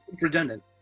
redundant